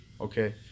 Okay